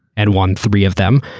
and won three of them.